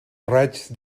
raigs